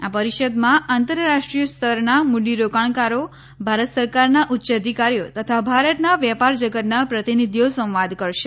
આ પરિષદમાં આંતરરાષ્ટ્રીય સ્તરના મૂડીરોકાણકારો ભારત સરકારના ઉચ્ય અધિકારીઓ તથા ભારતના વેપાર જગતના પ્રતિભિધિઓ સંવાદ કરશે